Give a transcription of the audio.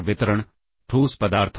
यह एक D E का जोड़ा है